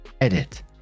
Edit